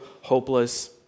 hopeless